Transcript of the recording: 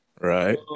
Right